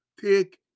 Take